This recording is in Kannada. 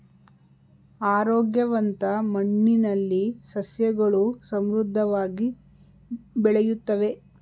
ಆರೋಗ್ಯವಂತ ಮಣ್ಣಿನಲ್ಲಿ ಸಸ್ಯಗಳು ಸಮೃದ್ಧವಾಗಿ ಬೆಳೆಯುತ್ತವೆ